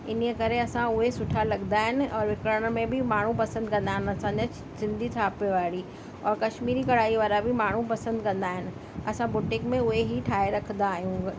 इन ई करे असां उहे सुठा लॻंदा आहिनि और विकिरण में बि माण्हू पसंदि कंदा आहिनि असांजे सिंधी छापे वारी और कश्मीरी कढ़ाई वारा बि माण्हू पसंदि कंदा आहिनि असां बुटीक में उहे हीअ ठाहे रखदा आहियूं